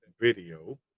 video